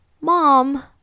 Mom